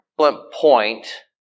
point